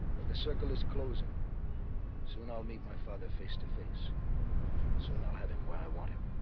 but the circle is closing soon i'll meet my father face to face soon i'll have him where i want him